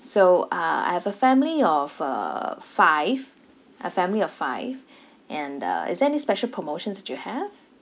so uh I have a family of uh five a family of five and uh is there any special promotions that you have